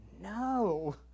No